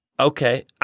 Okay